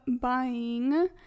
buying